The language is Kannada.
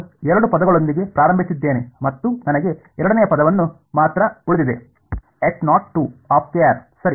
ನಾನು ಎರಡು ಪದಗಳೊಂದಿಗೆ ಪ್ರಾರಂಭಿಸಿದ್ದೇನೆ ಮತ್ತು ನನಗೆ ಎರಡನೆಯ ಪದವನ್ನು ಮಾತ್ರ ಉಳಿದಿದೆ ಸರಿ